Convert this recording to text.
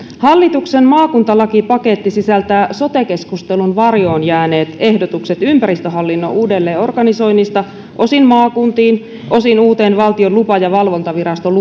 hallituksen maakuntalakipaketti sisältää sote keskustelun varjoon jääneet ehdotukset ympäristöhallinnon uudelleenorganisoinnista osin maakuntiin osin uuteen valtion lupa ja valvontavirasto luovaan